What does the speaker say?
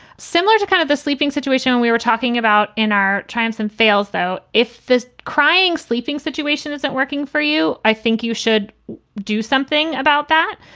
similar to kind of the sleeping situation when we were talking about in our triumphs and fails, though, if this crying sleeping situation isn't working for you, i think you should do something about that.